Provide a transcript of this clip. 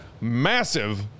massive